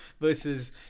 versus